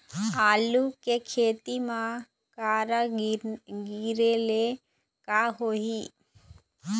आलू के खेती म करा गिरेले का होही?